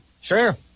Sure